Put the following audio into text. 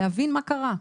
להבין מה קרה.